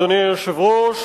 אדוני היושב-ראש,